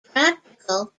practical